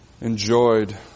enjoyed